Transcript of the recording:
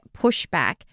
pushback